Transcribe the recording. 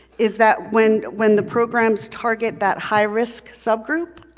is that when when the programs target that high risk subgroup,